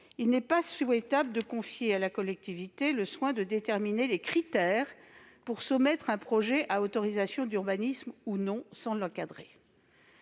il n'est pas souhaitable de confier à la collectivité le soin de déterminer les critères pour soumettre ou non un projet à autorisation d'urbanisme sans l'encadrer.